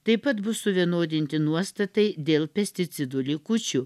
taip pat bus suvienodinti nuostatai dėl pesticidų likučių